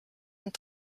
und